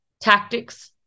tactics